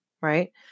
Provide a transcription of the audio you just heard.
right